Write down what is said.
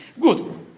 Good